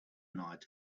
night